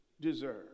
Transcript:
deserve